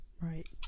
Right